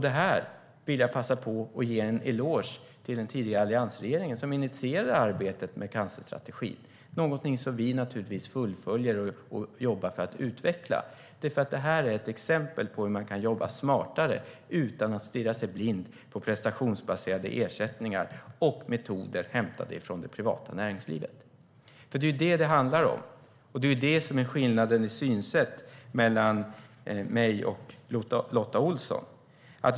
Det här vill jag passa på att ge en eloge för till den tidigare alliansregeringen, som initierade arbetet med cancerstrategin - något som vi naturligtvis fullföljer och jobbar för att utveckla. Det här är ett exempel på hur man kan jobba smartare utan att stirra sig blind på prestationsbaserade ersättningar och metoder hämtade från det privata näringslivet. Det är det detta handlar om, och det är det som är skillnaden i synsätt mellan mig och Lotta Olsson.